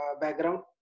background